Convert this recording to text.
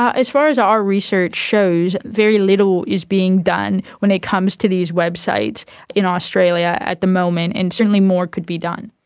ah as far as our research shows, very little is being done when it comes to these websites in australia at the moment, and certainly more could be done.